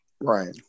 Right